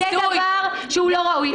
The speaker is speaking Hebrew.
זה דבר לא ראוי.